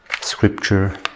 Scripture